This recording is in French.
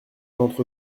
entre